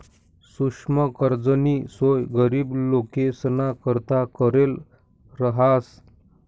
सुक्ष्म कर्जनी सोय गरीब लोकेसना करता करेल रहास